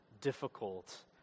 difficult